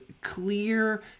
clear